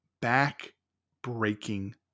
Back-breaking